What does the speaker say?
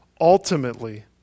ultimately